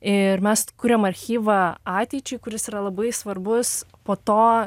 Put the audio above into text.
ir mes kuriam archyvą ateičiai kuris yra labai svarbus po to